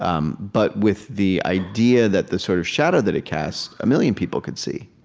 um but with the idea that the sort of shadow that it casts, a million people could see